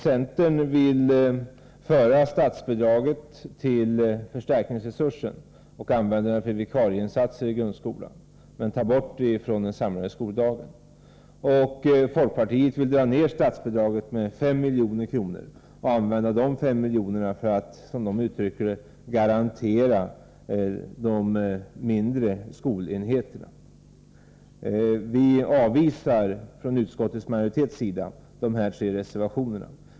Centern vill föra statsbidraget till förstärkningsresursen för att användas till vikarieresurser i grundskolan men ta bort det från den samlade skoldagen. Folkpartiet vill dra ner statsbidraget med 5 milj.kr. och använda de pengarna för att garantera de mindre skolenheterna. Vi avvisar från utskottsmajoritetens sida dessa tre reservationer.